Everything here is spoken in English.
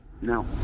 No